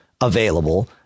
available